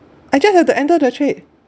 I just have to enter the trade